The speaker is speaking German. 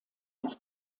als